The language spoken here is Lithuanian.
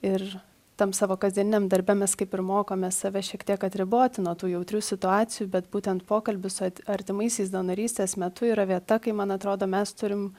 ir tam savo kasdieniniam darbe mes kaip ir mokome save šiek tiek atriboti nuo tų jautrių situacijų bet būtent pokalbių su at artimaisiais donorystės metu yra vieta kai man atrodo mes turim